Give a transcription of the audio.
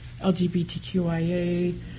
LGBTQIA